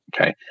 Okay